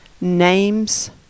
names